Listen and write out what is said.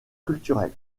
culturel